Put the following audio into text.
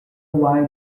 wine